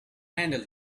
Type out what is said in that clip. handle